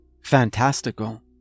fantastical